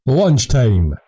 Lunchtime